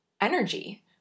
energy